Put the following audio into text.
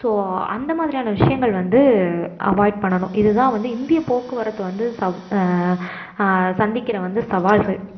so அந்த மாதிரியான விஷயங்கள் வந்து அவாய்ட் பண்ணனும் இது தான் வந்து இந்திய போக்குவரத்து வந்து சந்திக்கிற வந்து சவால்கள்